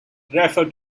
refer